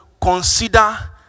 consider